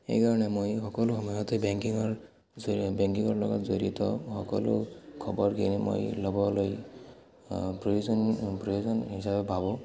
সেইকাৰণে মই সকলো সময়তে বেংকিঙৰ জ বেংকিঙৰ লগত জড়িত সকলো খবৰখিনি মই ল'বলৈ প্ৰয়োজন প্ৰয়োজন হিচাপে ভাবোঁ